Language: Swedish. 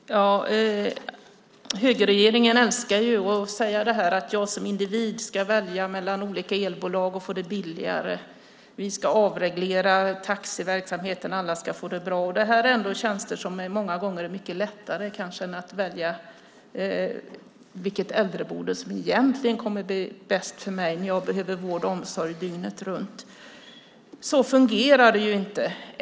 Herr talman! Högerregeringen älskar ju att säga det här, att jag som individ ska välja mellan olika elbolag och få det billigare. Vi ska avreglera taxiverksamheten, och alla ska få det bra. Det här är tjänster som många gånger är mycket lättare än att välja vilket äldreboende som egentligen kommer att bli bäst för mig när jag behöver vård och omsorg dygnet runt. Så fungerar det ju inte.